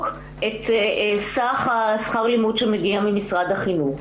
את סך שכר הלימוד שמגיע ממשרד החינוך,